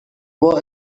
war